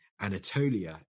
Anatolia